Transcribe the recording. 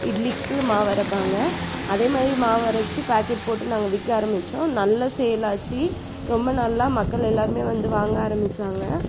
இட்லிக்கு மாவு அரைப்பாங்க அதே மாரி மாவு அரைச்சி பாக்கெட் போட்டு நாங்கள் விற்க ஆரம்பிச்சோம் நல்ல சேல் ஆச்சு ரொம்ப நல்லா மக்கள் எல்லாருமே வந்து வாங்க ஆரம்பிச்சாங்க